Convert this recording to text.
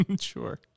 Sure